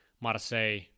Marseille